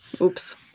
oops